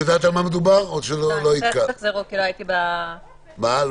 יש